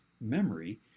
memory